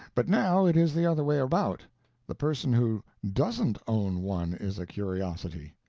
but now it is the other way about the person who doesn't own one is a curiosity.